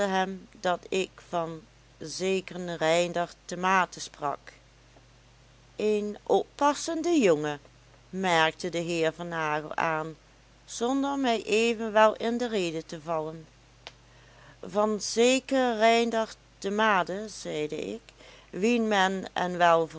dat ik van zekeren reindert de maete sprak een oppassende jongen merkte de heer van nagel aan zonder mij evenwel in de rede te vallen van zekeren reindert de maete zeide ik wien men en wel